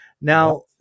Now